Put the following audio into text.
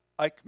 Eichmann